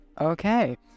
Okay